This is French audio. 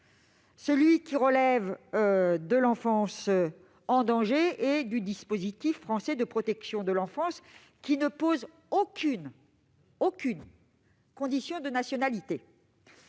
celui qui relève de l'enfance en danger et du dispositif français de protection de l'enfance, qui ne pose aucune condition de nationalité.